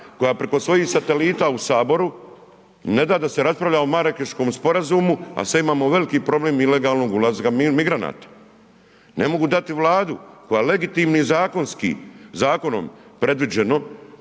koja preko svojih satelita u Saboru, ne da da se raspravlja o Marakeškom sporazumu a sad imamo veliki problem ilegalnog ulaska migranata. Ne mogu dati Vladi koja legitimni i zakonski, zakonom, previđeno